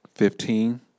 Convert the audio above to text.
Fifteen